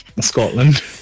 Scotland